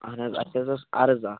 اَہن حظ اسہِ حظ اوس عرض اکھ